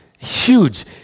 huge